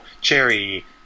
cherry